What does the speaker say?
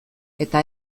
eta